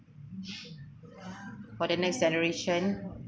for the next generation